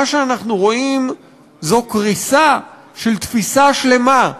מה שאנחנו רואים זה קריסה של תפיסה שלמה,